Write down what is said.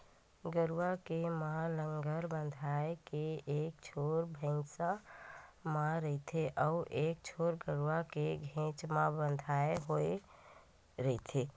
गरूवा के म लांहगर बंधाय ले एक छोर भिंयाँ म रहिथे अउ एक छोर गरूवा के घेंच म बंधाय होय रहिथे